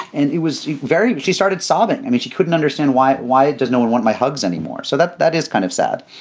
and it was very she started sobbing. i mean, she couldn't understand why. why does no one want my hugs anymore? so that that is kind of sad.